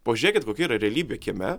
pažėkit kokia yra realybė kieme